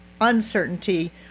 uncertainty